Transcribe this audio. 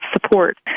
support